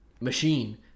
machine